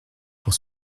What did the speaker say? pour